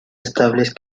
estables